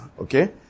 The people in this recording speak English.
Okay